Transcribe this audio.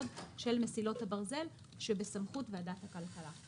של מסילות הברזל שבסמכות ועדת הכלכלה.